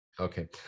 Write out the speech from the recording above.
Okay